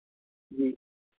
जी